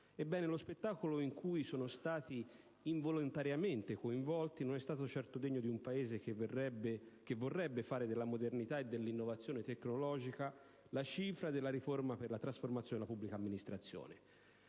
Ebbene, lo spettacolo in cui sono stati involontariamente coinvolti i cittadini non è stato certo degno di un Paese che vorrebbe fare della modernità e dell'innovazione tecnologica la cifra della riforma per la trasformazione della pubblica amministrazione.